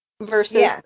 versus